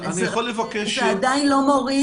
זה עדיין לא מוריד